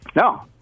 no